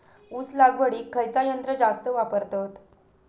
ऊस लावडीक खयचा यंत्र जास्त वापरतत?